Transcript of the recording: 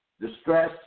distress